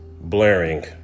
blaring